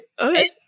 Okay